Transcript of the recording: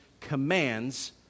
commands